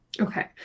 okay